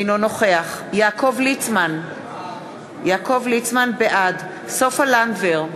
אינו נוכח יעקב ליצמן, בעד סופה לנדבר,